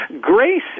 grace